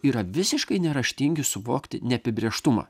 yra visiškai neraštingi suvokti neapibrėžtumą